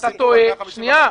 שנייה.